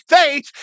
faith